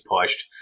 pushed